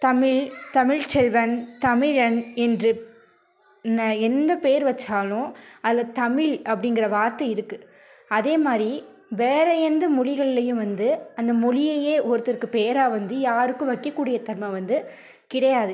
தமிழ் தமிழ்ச்செல்வன் தமிழன் என்று ந எந்த பேர் வச்சாலும் அதில் தமிழ் அப்படிங்கற வார்த்தை இருக்குது அதேமாதிரி வேறே எந்த மொழிகள்லியும் வந்து அந்த மொழியயே ஒருத்தருக்கு பேராக வந்து யாருக்கும் வைக்கக்கூடிய தன்மை வந்து கிடையாது